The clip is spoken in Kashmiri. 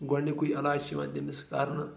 گۄڈنِکُے علاج چھُ یِوان تٔمِس کَرنہٕ